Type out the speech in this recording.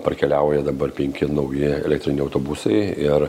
parkeliauja dabar penki nauji elektriniai autobusai ir